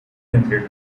hundred